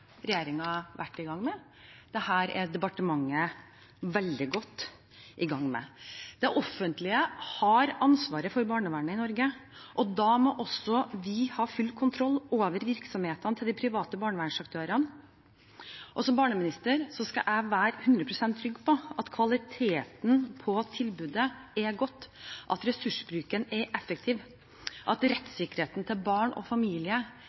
vært i gang med, dette er departementet veldig godt i gang med. Det offentlige har ansvaret for barnevernet i Norge, og da må vi også ha full kontroll over virksomhetene til de private barnevernsaktørene. Som barneminister skal jeg være 100 pst. trygg på at kvaliteten på tilbudet er godt, at ressursbruken er effektiv, og at rettssikkerheten for barn og